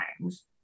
times